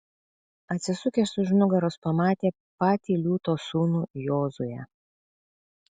atsisukęs už nugaros pamatė patį liūto sūnų jozuę